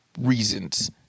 reasons